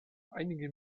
einige